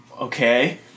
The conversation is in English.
okay